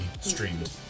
streamed